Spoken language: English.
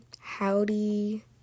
howdy